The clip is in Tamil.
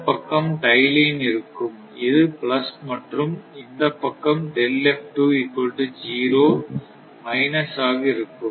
இந்தப் பக்கம் டை லைன் இருக்கும் இது பிளஸ் மற்றும் இந்த பக்கம் மைனஸ் ஆக இருக்கும்